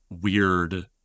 weird